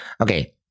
okay